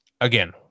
Again